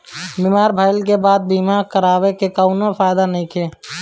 बीमार भइले के बाद बीमा करावे से कउनो फायदा नइखे